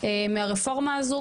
מהרפורמה הזו,